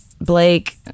Blake